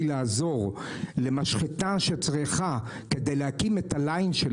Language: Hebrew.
לעזור למשחטה שצריכה כדי להקים את הליין,